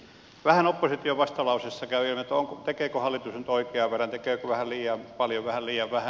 vähän opposition vastalauseessa käy ilmi tekeekö hallitus nyt oikean verran tekeekö vähän liian paljon vähän liian vähän